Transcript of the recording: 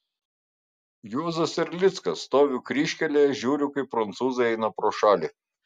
juozas erlickas stoviu kryžkelėje žiūriu kaip prancūzai eina pro šalį